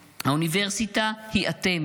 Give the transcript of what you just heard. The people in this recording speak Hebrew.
האוניברסיטה היא אתם,